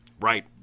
right